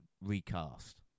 recast